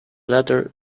latter